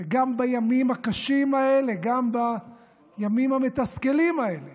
גם בימים הקשים האלה, גם בימים המתסכלים האלה